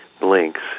blinks